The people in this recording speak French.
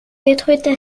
détruites